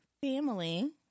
family